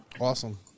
Awesome